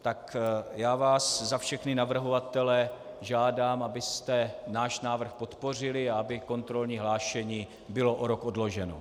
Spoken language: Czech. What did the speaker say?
Tak vás za všechny navrhovatele žádám, abyste náš návrh podpořili a aby kontrolní hlášení bylo o rok odloženo.